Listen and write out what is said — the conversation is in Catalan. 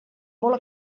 molt